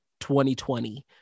2020